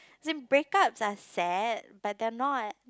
seem break up are said but they are not